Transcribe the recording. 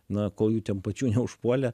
na kol jų ten pačių neužpuolė